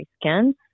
scans